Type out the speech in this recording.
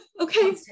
okay